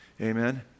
Amen